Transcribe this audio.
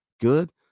good